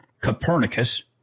Copernicus